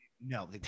No